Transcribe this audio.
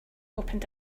opened